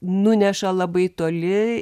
nuneša labai toli